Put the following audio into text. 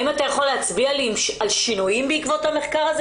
האם אתה יכול להצביע לי על שינויים בעקבות המחקר הזה?